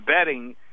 betting